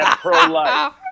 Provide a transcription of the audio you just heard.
pro-life